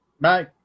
Bye